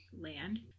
land